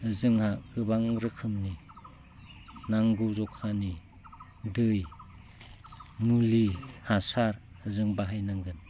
जोंहा गोबां रोखोमनि नांगौ जखानि दै मुलि हासार जों बाहायनांगोन